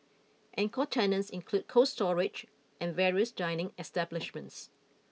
anchor tenants include Cold Storage and various dining establishments